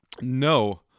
No